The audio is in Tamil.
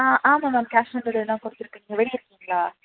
ஆ ஆமாம் மேம் கேஷ் ஆன் டெலிவரி தான் கொடுத்துருக்கிங்க வெளியே இருக்கிங்களா